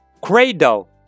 cradle